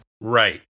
Right